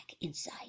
inside